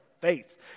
face